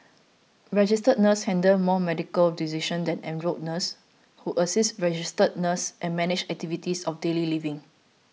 registered nurses handle more medical decision than enrolled nurses who assist registered nurses and manage activities of daily living